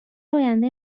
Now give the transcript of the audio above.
آینده